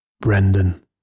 Brendan